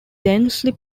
densely